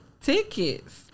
tickets